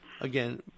Again